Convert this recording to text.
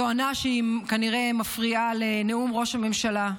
בתואנה שהיא כנראה מפריעה לנאום ראש הממשלה.